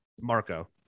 Marco